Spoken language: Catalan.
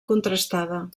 contrastada